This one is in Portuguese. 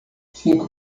cinco